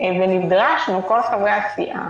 ונדרשנו כל חברי הסיעה,